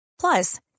Plus